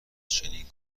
چنین